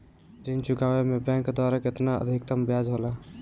ऋण चुकौती में बैंक द्वारा केतना अधीक्तम ब्याज होला?